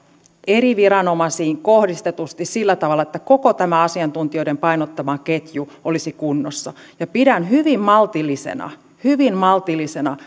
eri viranomaisiin kohdistetusti sillä tavalla että koko tämä asiantuntijoiden painottama ketju olisi kunnossa pidän hyvin maltillisena hyvin maltillisena